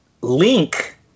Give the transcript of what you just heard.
Link